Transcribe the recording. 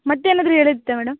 ಮತ್ತೆ ಏನಾದರೂ ಹೇಳೋದಿತ್ತಾ ಮೇಡಮ್